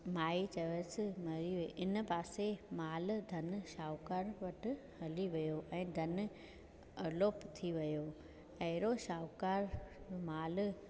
माई चयसि इन पासे माल धन शाहूकारु वटि हली वियो ऐं धन अलोप थी वियो अहिड़ो शाहूकारु माल